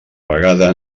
vegada